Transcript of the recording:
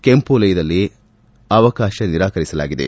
ಕೆಂಪು ವಲಯದಲ್ಲಿ ಅವಕಾಶ ನಿರಾಕರಿಸಲಾಗಿದೆ